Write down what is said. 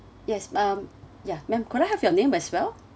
yes um ya ma'am could I have your name as well